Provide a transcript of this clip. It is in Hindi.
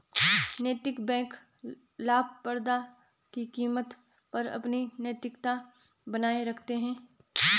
नैतिक बैंक लाभप्रदता की कीमत पर अपनी नैतिकता बनाए रखते हैं